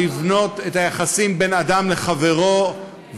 לבנות את היחסים בין אדם לחברו,